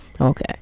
okay